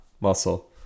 muscle